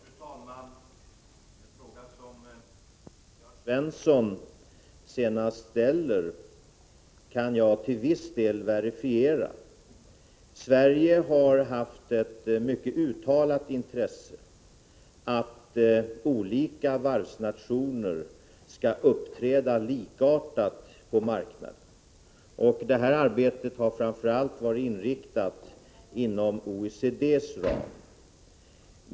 Fru talman! Den fråga som Jörn Svensson ställer senast kan jag till viss del verifiera. Sverige har haft ett mycket uttalat intresse av att olika varvsnationer skall uppträda likartat på marknaden. Det här arbetet har framför allt rört sig inom OECD:s ram.